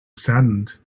saddened